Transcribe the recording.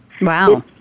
Wow